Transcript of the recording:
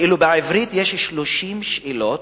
ואילו בעברית יש 30 שאלות?